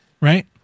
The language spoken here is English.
right